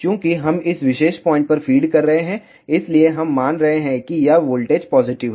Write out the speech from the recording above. चूंकि हम इस विशेष पॉइंट पर फीड कर रहे हैं इसलिए हम मान रहे हैं कि यह वोल्टेज पॉजिटिव है